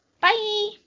Bye